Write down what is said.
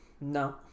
No